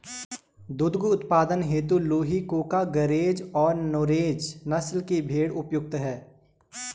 दुग्ध उत्पादन हेतु लूही, कूका, गरेज और नुरेज नस्ल के भेंड़ उपयुक्त है